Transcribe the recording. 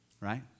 Right